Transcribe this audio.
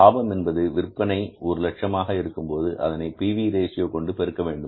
லாபம் என்பது விற்பனை ஒரு லட்சம் ரூபாயாக இருக்கும் போது அதனை P V ratio PV Ratio கொண்டு பெருக்க வேண்டும்